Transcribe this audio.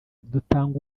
dutanga